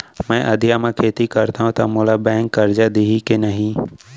मैं अधिया म खेती करथंव त मोला बैंक करजा दिही के नही?